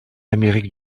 amérique